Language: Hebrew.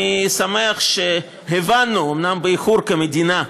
אני שמח שהבנו, אומנם באיחור, כמדינה,